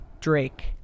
Drake